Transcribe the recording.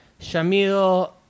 Shamil